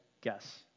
guess